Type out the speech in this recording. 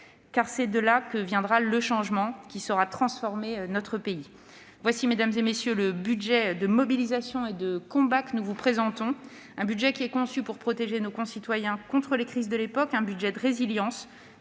car c'est de là que viendra le changement qui transformera notre pays. Voilà, mesdames, messieurs les sénateurs, le budget de mobilisation et de combat que nous vous présentons. C'est un budget qui est conçu pour protéger nos concitoyens contre les crises de l'époque. C'est un budget de résilience